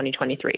2023